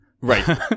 Right